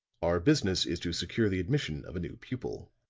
our business is to secure the admission of a new pupil.